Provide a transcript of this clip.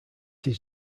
his